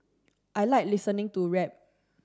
I like listening to rap